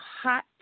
hot